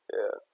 ya